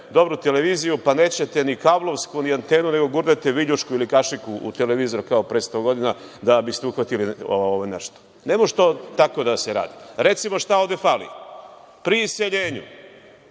dobru televiziju, pa nećete ni kablovsku, ni antenu nego gurnete viljušku i kašiku u televizor kao pre sto godina da biste uhvatili nešto. Ne može to tako da se radi. Šta ovde fali? Pri iseljenju